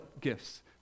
gifts